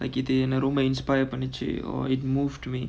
like இது என்ன ரொம்ப:ithu enna romba inspired பண்ணிச்சி:pannichi or it moved me